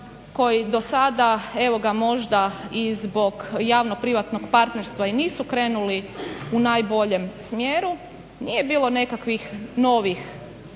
koji do sada možda i zbog javno privatnog partnerstva i nisu krenuli u najboljem smjeru, nije bilo nekakvih novih